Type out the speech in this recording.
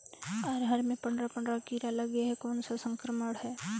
अरहर मे पंडरा पंडरा कीरा लगे हे कौन सा संक्रमण हे?